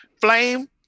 Flame